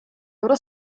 loro